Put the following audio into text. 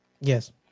Yes